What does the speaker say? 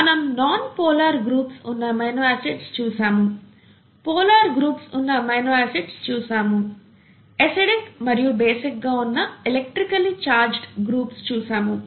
మనం non polar groups ఉన్న amino acids చూసాము పోలార్ గ్రూప్స్ ఉన్న ఎమినో ఆసిడ్స్ చూసాము అసిడిక్ మరియు బేసిక్ గా ఉన్న ఎలెక్ట్రికల్లి ఛార్జ్డ్ గ్రూప్స్ చూసాము